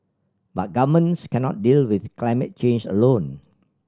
but governments cannot deal with climate change alone